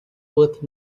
worth